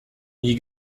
nie